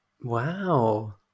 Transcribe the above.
Wow